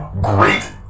great